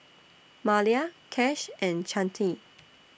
Malia Cash and Chante